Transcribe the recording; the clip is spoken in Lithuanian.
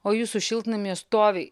o jūsų šiltnamyje stovi